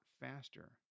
faster